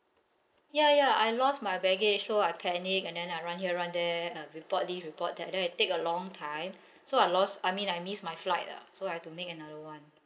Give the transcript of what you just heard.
ya ya I lost my baggage so I panic and then I run here run there uh report this report that and then I take a long time so I lost I mean I miss my flight ah so I had to make another one